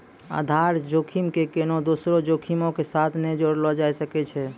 आधार जोखिम के कोनो दोसरो जोखिमो के साथ नै जोड़लो जाय सकै छै